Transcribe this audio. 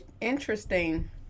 interesting